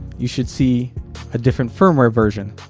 you should see a different firmware version